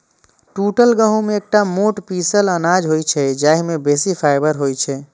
टूटल गहूम एकटा मोट पीसल अनाज होइ छै, जाहि मे बेसी फाइबर होइ छै